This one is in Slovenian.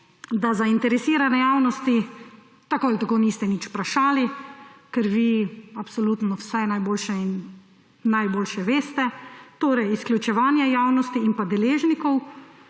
da zainteresirane javnosti tako ali tako niste nič vprašali, ker vi absolutno vse najboljše veste. Torej izključevanje javnosti in pa deležnikov.